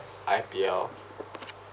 I_P_L